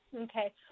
Okay